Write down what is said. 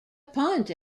punt